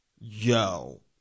Yo